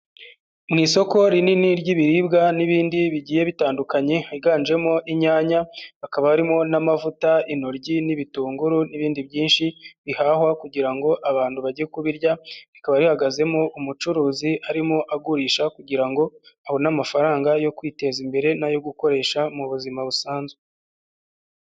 Mu isoko rinini ry'ibiribwa n'ibindi bigiye bitandukanye higanjemo inyanya hakaba harimo n'amavuta, intoryi n'ibitunguru n'ibindi byinshi bihahwa kugira ngo abantu bajye kubirya, rikaba rihagazemo umucuruzi arimo agurisha kugira ngo abone amafaranga yo kwiteza imbere n'ayo gukoresha mu buzima busanzwe.